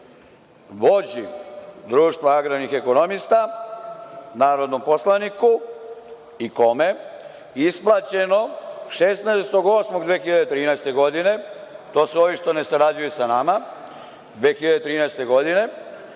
vođi Društava agrarnih ekonomista, narodnom poslaniku i kome, isplaćeno 16. avgusta 2013. godine, to su ovi što ne sarađuju sa nama, od strane